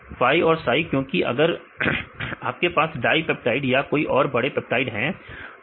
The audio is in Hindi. फाई और साई क्योंकि अगर आपके पास डाईपेप्टाइड या कोई और बड़े पेप्टाइड हैं तो